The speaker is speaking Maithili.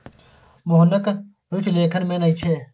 मोहनक रुचि लेखन मे नहि छै